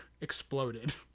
Exploded